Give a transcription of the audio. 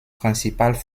principales